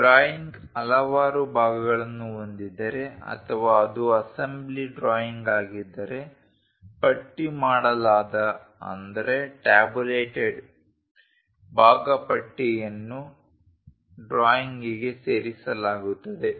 drawing ಹಲವಾರು ಭಾಗಗಳನ್ನು ಹೊಂದಿದ್ದರೆ ಅಥವಾ ಅದು ಅಸೆಂಬ್ಲಿ ಡ್ರಾಯಿಂಗ್ ಆಗಿದ್ದರೆ ಪಟ್ಟಿ ಮಾಡಲಾದ ಭಾಗ ಪಟ್ಟಿಯನ್ನು ಡ್ರಾಯಿಂಗ್ಗೆ ಸೇರಿಸಲಾಗುತ್ತದೆ